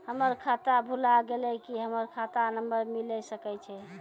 हमर खाता भुला गेलै, की हमर खाता नंबर मिले सकय छै?